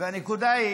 הנקודה הזאת